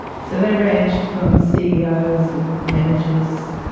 so they ranged from ceos and managers,